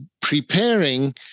preparing